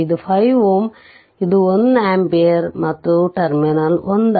ಇದು 5 Ω ಇದು 1 ಆಂಪಿಯರ್ ಮತ್ತು ಟರ್ಮಿನಲ್ 1